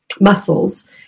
muscles